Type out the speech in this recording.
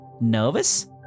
Nervous